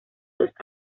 los